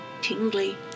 tingly